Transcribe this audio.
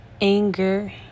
anger